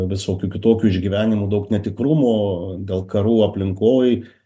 visokių kitokių išgyvenimų daug netikrumo dėl karų aplinkoj